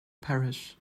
parish